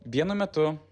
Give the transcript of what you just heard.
vienu metu